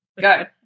Go